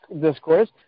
discourse